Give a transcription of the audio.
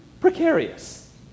precarious